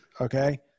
okay